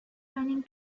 running